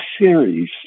series